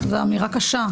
זו אמירה קשה.